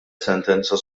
sentenza